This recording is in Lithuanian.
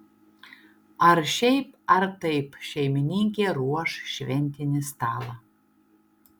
ar šiaip ar taip šeimininkė ruoš šventinį stalą